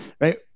Right